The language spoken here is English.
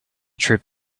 trip